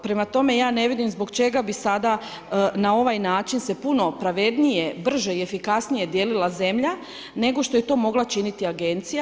Prema tome, ja ne vidim, zbog čega bi sada na ovaj način se puno pravednije, brže i efikasnije dijelila zemlja, nego što je to mogla činiti agencije.